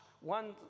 One